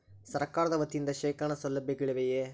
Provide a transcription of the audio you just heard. ಸರಕಾರದ ವತಿಯಿಂದ ಶೇಖರಣ ಸೌಲಭ್ಯಗಳಿವೆಯೇ?